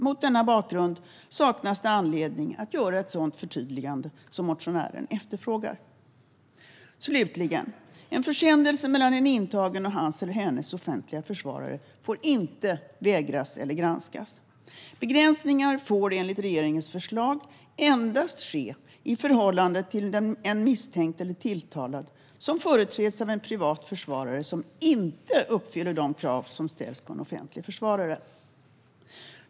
Mot denna bakgrund saknas anledning att göra ett sådant förtydligande som motionärerna efterfrågar. Slutligen: En försändelse mellan en intagen och hans eller hennes offentliga försvarare får inte vägras eller granskas. Begränsningar får enligt regeringens förslag endast ske i förhållande till en misstänkt eller tilltalad som företräds av en privat försvarare som inte uppfyller de krav som ställs på en offentlig försvarare.